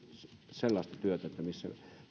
sellaista työtä missä